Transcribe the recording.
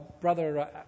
Brother